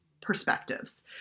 perspectives